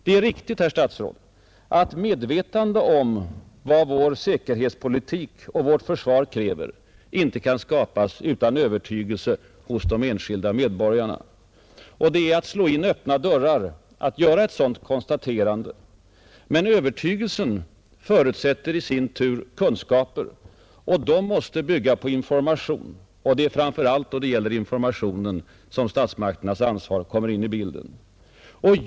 Det är riktigt, herr statsråd, att medvetande om vad vår säkerhetspolitik och vårt försvar kräver inte kan skapas utan övertygelse hos de enskilda medborgarna. Det är att slå in öppna dörrar att göra ett sådant konstaterande. Men övertygelse förutsätter i sin tur kunskaper, och de måste bygga på information. Det är framför allt då det gäller informationen som statsmakternas ansvar kommer in i bilden.